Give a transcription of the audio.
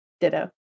Ditto